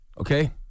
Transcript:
Okay